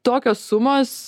tokios sumos